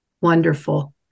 Wonderful